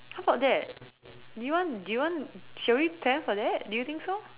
how about that do you want do you want shall we plan for that do you think so